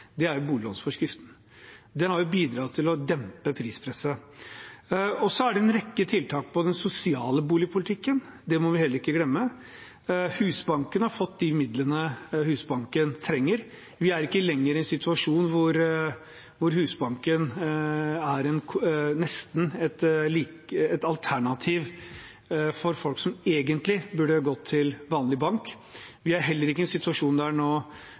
boliglånsforskriften. Den har bidratt til å dempe prispresset. Så er det en rekke tiltak i den sosiale boligpolitikken. Det må vi heller ikke glemme. Husbanken har fått de midlene Husbanken trenger. Vi er ikke lenger i en situasjon der Husbanken nesten er et alternativ for folk som egentlig burde gått til en vanlig bank. Vi er heller ikke i en situasjon nå